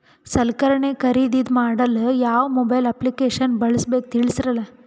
ಸಲಕರಣೆ ಖರದಿದ ಮಾಡಲು ಯಾವ ಮೊಬೈಲ್ ಅಪ್ಲಿಕೇಶನ್ ಬಳಸಬೇಕ ತಿಲ್ಸರಿ?